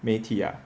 媒体啊